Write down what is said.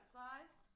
size